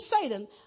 Satan